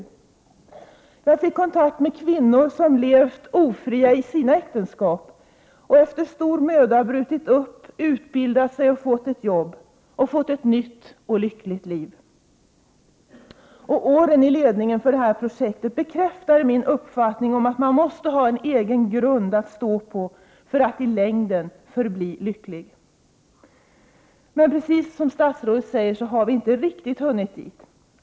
z Jag fick kontakt med kvinnor som levt, ofria, i sina äktenskap och efter stor möda brutit upp och utbildat sig, fått jobb samt ett nytt och lyckligt liv. Åren i ledningen för detta projekt bekräftade min uppfattning om att man måste ha en egen grund att stå på för att i längden förbli lycklig. Men precis som statsrådet säger i sitt svar har vi inte riktigt hunnit dit.